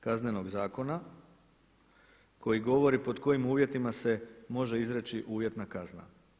Kaznenog zakona koji govori pod kojim uvjetima se može izreći uvjetna kazna.